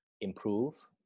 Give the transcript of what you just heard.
improve